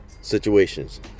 situations